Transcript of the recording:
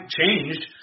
changed